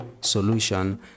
solution